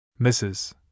Mrs